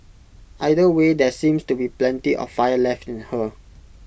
either way there seems to be plenty of fire left in her